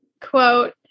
quote